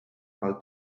pel